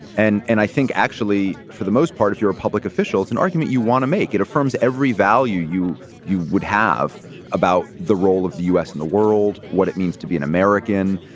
and and i think actually, for the most part of your public officials and argument you want to make, it affirms every value you you would have about the role of the u s. in the world, what it means to be an american.